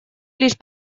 лишь